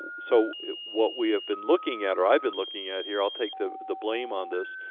so what we have been looking at, or i've been looking at here, i'll take the the blame on this,